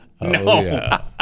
no